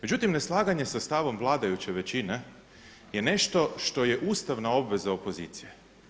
Međutim neslaganje sa stavom vladajuće većine je nešto što je ustavna obveza opozicije.